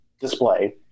display